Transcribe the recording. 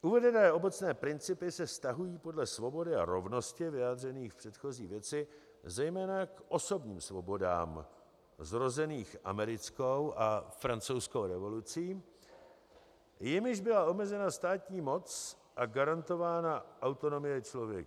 Uvedené obecné principy se vztahují podle svobody a rovnosti vyjádřených v předchozí věci zejména k osobním svobodám zrozeným americkou a francouzskou revolucí, jimiž byla omezena státní moc a garantována autonomie člověka.